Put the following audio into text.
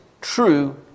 true